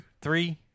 three